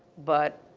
but